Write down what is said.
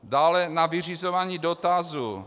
Dále na vyřizování dotazů.